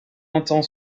entend